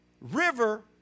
River